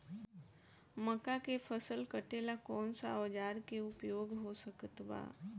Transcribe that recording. मक्का के फसल कटेला कौन सा औजार के उपयोग हो सकत बा?